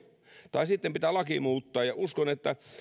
tai sitten pitää laki muuttaa ja uskon että